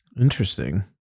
Interesting